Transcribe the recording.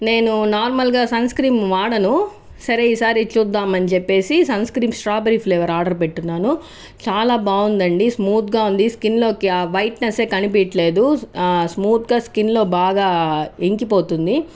నేను నార్మల్ గా sunscreen వాడను సరే ఈ సారి చూద్దాం అని చెప్పేసి sunscreen strawberry flavour order పెట్టున్నాను చాలా బాగుందండి స్మూత్ గా ఉంది స్కిన్ లోకి ఆ వైట్ నెస్సే కనిపించట్లేదు స్మూత్ గా స్కిన్ లో బాగా ఇంకిపోతుంది